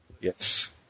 Yes